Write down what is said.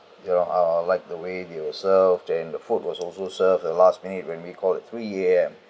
you know I I like the way he were served and the food was also serve the last we need when we call at three A_M